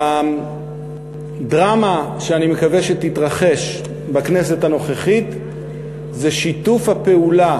הדרמה שאני מקווה שתתרחש בכנסת הנוכחית זה שיתוף הפעולה